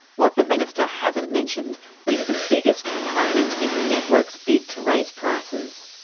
what the minister hasn't mentioned is the biggest component in the networks' bid to raise prices.